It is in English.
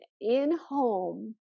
in-home